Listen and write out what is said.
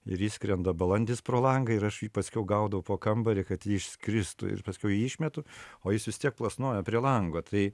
ir įskrenda balandis pro langą ir aš jį paskiau gaudavau po kambarį kad išskristų ir paskui jį išmetu o jis vis tiek plasnoja prie lango tai